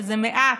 שזה מעט,